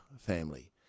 family